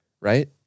right